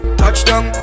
touchdown